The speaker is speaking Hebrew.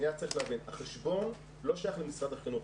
צריך להבין, החשבון לא שייך למשרד החינוך.